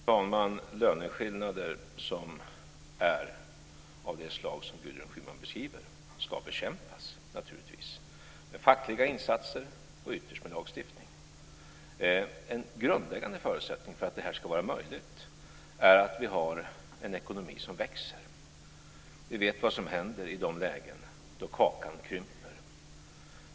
Fru talman! Löneskillnader som är av det slag som Gudrun Schyman beskriver ska naturligtvis bekämpas med fackliga insatser och ytterst med lagstiftning. En grundläggande förutsättning för att det ska vara möjligt är att vi har en ekonomi som växer. Vi vet vad som händer i de lägen då kakan krymper.